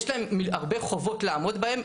יש להם הרבה חובות לעמוד בהן,